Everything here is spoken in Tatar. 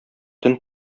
төн